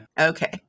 Okay